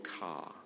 car